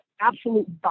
absolute